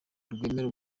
rwemera